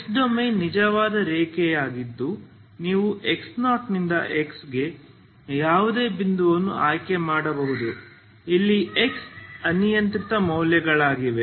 x domain ನಿಜವಾದ ರೇಖೆಯಾಗಿದ್ದು ನೀವು x0 ನಿಂದ x ಗೆ ಯಾವುದೇ ಬಿಂದುವನ್ನು ಆಯ್ಕೆ ಮಾಡಬಹುದು ಇಲ್ಲಿ x ಅನಿಯಂತ್ರಿತ ಮೌಲ್ಯವಾಗಿದೆ